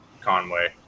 conway